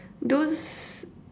those